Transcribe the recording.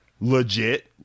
Legit